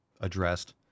addressed